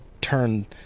turn